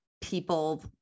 people